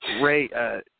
Ray